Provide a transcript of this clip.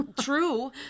True